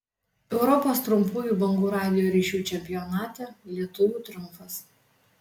europos trumpųjų bangų radijo ryšių čempionate lietuvių triumfas